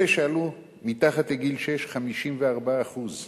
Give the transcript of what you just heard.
אלה שעלו מתחת לגיל שש, 54%;